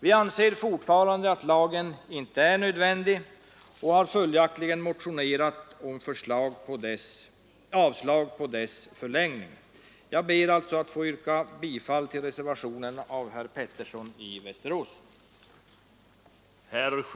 Vi anser fortfarande att lagen inte är nödvändig och har följaktligen motionerat om avslag på dess förlängning. Jag ber alltså att få yrka bifall till reservationen av herr Pettersson i Västerås.